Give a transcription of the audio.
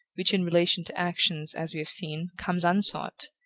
which, in relation to actions, as we have seen, comes unsought,